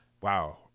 wow